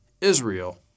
Israel